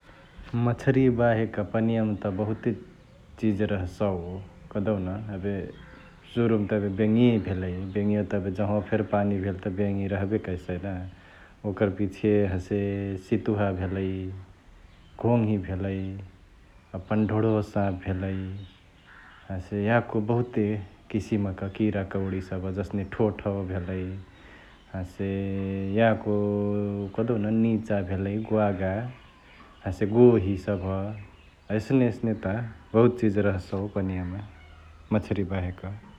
मछरिया बहेक पनिया म त बहुते चिज रहसउ कहदेउन । एबे सुरु म त एबे बेङिया भेलाई, बेङिया त एबे जहवा फेरी पानी भेले, बेङी रहबे करसई ना । वोकर पिछे हसे सितुहा भेलई, घोंघी भेलई अ पनढोंणवा साप भेलई । हसे याको बहुते किसिमक किराकौडी सभ जसने ठोठवा भेलई हसे यको कहदेउन निंचा भेलई, ग्वागा हसे गोही सभ । एसने एसने त बहुत चिज रहसउ पनियामा मछरिया बाहेक ।